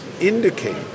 indicate